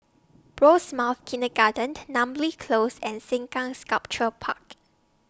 Rosemount Kindergarten Namly Close and Sengkang Sculpture Park